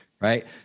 right